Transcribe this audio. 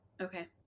okay